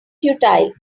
futile